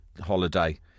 holiday